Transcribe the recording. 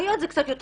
אחיות זה קצת יותר